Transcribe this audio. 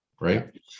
right